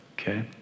okay